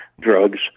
drugs